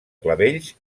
clavells